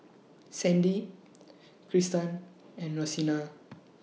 Sandy Kristan and Rosina